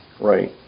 Right